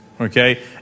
Okay